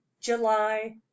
july